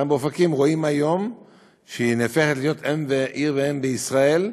גם באופקים רואים היום שהיא הופכת להיות עיר ואם בישראל,